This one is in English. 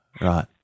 Right